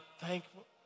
thankful